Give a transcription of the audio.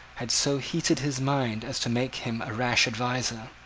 had so heated his mind as to make him a rash adviser.